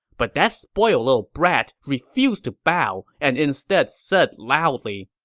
but that spoiled little brat refused to bow and instead said loudly,